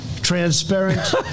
transparent